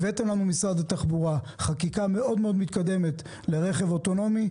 משרד התחבורה הביא לנו חקיקה מאוד-מאוד מתקדמת לרכב אוטונומי,